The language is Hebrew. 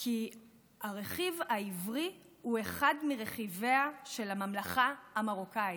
כי הרכיב העברי הוא אחד מרכיביה של הממלכה המרוקנית.